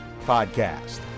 Podcast